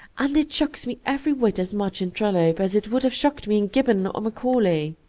and it shocks me every whit as much in trollope as it would have shocked me in gibbon or macaulay.